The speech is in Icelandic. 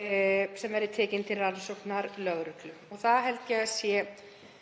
verði tekin til rannsóknar lögreglu. Það held ég að sé